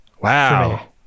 Wow